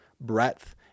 breadth